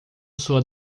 sua